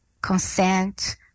consent